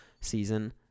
season